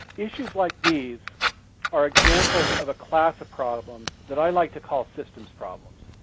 issues like these are examples of a class of problems that i like to call systems problems.